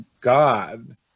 God